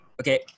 Okay